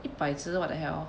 一百只 what the hell